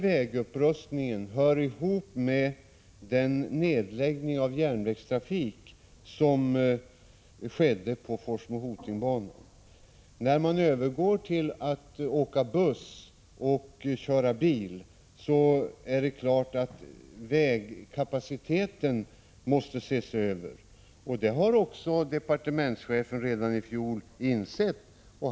Vägupprustningen hör också ihop med nedläggningen av järnvägstrafiken på Forsmo-Hoting-banan. När man övergår till att åka buss och köra bil, är det klart att vägkapaciteten måste ses över. Det insåg också departementschefen redan i fjol.